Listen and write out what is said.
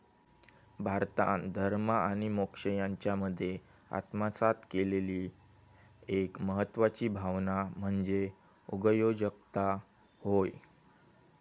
भारतान धर्म आणि मोक्ष यांच्यामध्ये आत्मसात केलेली एक महत्वाची भावना म्हणजे उगयोजकता होय